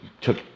took